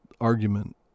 argument